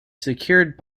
secured